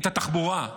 את התחבורה.